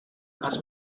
hace